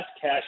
cash